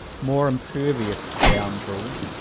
more impervious scoun drels,